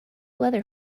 weather